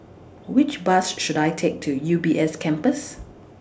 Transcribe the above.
Which Bus should I Take to U B S Campus